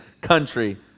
country